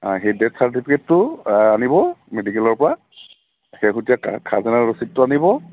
অঁ সেই ডেথ চাৰ্টিফিকেটটো আনিব মেডিকেলৰপৰা শেহতীয়া খাজানাৰ ৰচিদটো আনিব